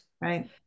right